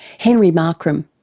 henry markram.